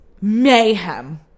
mayhem